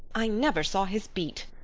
i never saw his beat.